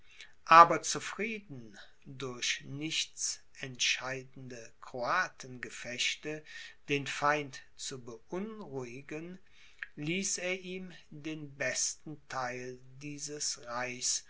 aber zufrieden durch nichts entscheidende kroatengefechte den feind zu beunruhigen ließ er ihm den besten theil dieses reichs